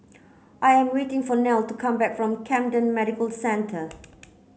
I am waiting for Nelle to come back from Camden Medical Centre